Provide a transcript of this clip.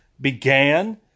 began